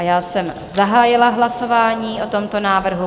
Já jsem zahájila hlasování o tomto návrhu.